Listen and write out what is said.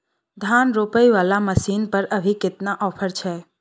धान रोपय वाला मसीन पर अभी केतना ऑफर छै?